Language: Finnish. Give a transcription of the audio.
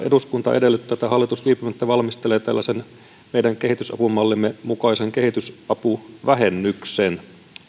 eduskunta edellyttää että hallitus viipymättä valmistelee meidän kehitysapumallimme mukaisen kehitysapuvähennyksen